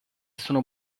sono